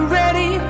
ready